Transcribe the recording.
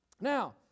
Now